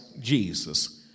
Jesus